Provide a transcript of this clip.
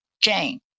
Jane